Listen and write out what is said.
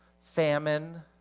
famine